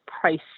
price